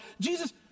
Jesus